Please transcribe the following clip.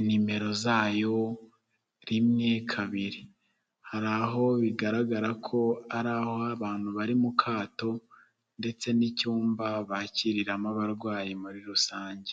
inimero zayo rimwe kabiri, hari aho bigaragara ko ari aho abantu bari mu kato, ndetse n'icyumba bakiriramo abarwayi muri rusange.